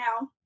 now